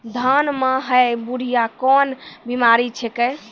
धान म है बुढ़िया कोन बिमारी छेकै?